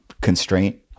constraint